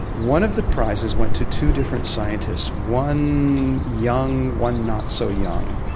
one of the prizes went to two different scientists, one young, one not so young.